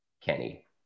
Kenny